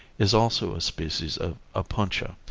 is also a species of opuntia,